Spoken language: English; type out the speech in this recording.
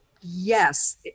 Yes